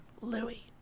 Louis